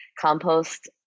compost